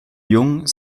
jung